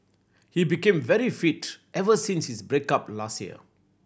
he became very fit ever since his break up last year